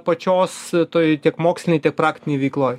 pačios toj tiek mokslinėj tiek praktinėj veikloj